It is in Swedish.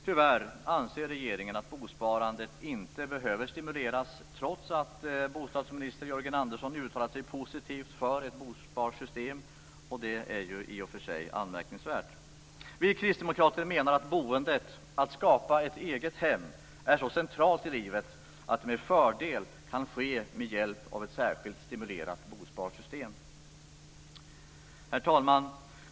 Tyvärr anser regeringen att bosparandet inte behöver stimuleras trots att bostadsminister Jörgen Andersson uttalat sig positivt om ett bosparsystem. Detta är i och för sig anmärkningsvärt. Vi kristdemokrater menar att boendet, att skapa ett hem, är så centralt i livet att det med fördel kan ske med hjälp av ett särskilt stimulerat bosparsystem. Herr talman!